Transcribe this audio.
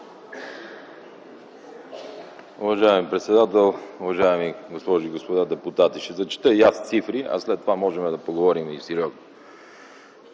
Уважаеми председател, уважаеми госпожи и господа депутати! Ще прочета и аз цифри, а след това можем да поговорим и сериозно.